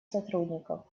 сотрудников